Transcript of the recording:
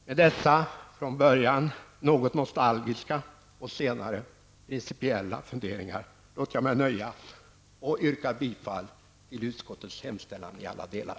Med dessa från början något nostalgiska och senare principiella funderingar låter jag mig nöja och yrkar bifall till utskottets hemställan i alla delar.